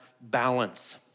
balance